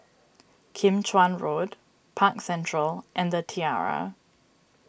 Kim Chuan Road Park Central and the Tiara